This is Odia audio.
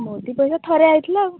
ମୋଦି ପଇସା ଥରେ ଆସିଥିଲା ଆଉ